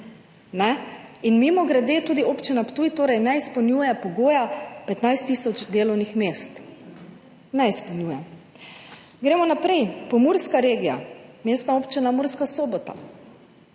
In mimogrede, tudi občina Ptuj ne izpolnjuje pogoja 15 tisoč delovnih mest, ne izpolnjuje. Gremo naprej, Pomurska regija, Mestna občina Murska Sobota.